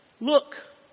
look